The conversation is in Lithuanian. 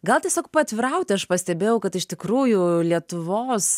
gal tiesiog paatvirauti aš pastebėjau kad iš tikrųjų lietuvos